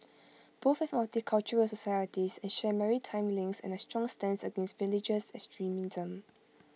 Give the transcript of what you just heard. both have multicultural societies and share maritime links and A strong stance against religious extremism